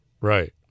Right